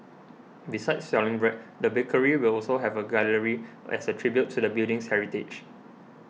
besides selling bread the bakery will also have a gallery as a tribute to the building's heritage